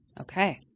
Okay